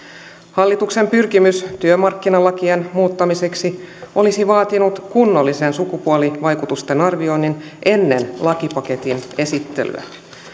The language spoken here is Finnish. hallituksen pyrkimys työmarkkinalakien muuttamiseksi olisi vaatinut kunnollisen sukupuolivaikutusten arvioinnin ennen lakipaketin esittelyä